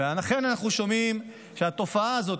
ואכן אנחנו שומעים שהתופעה הזאת,